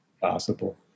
possible